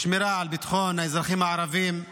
בשמירה על ביטחון האזרחים הערבים.